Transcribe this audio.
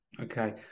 Okay